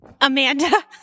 Amanda